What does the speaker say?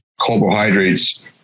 carbohydrates